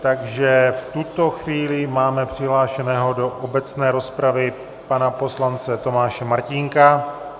Takže v tuto chvíli máme přihlášeného do obecné rozpravy pana poslance Tomáše Martínka.